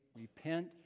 repent